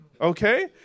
okay